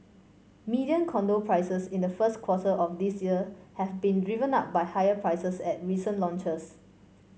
median condo prices in the first quarter of this year have been driven up by higher prices at recent launches